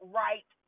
right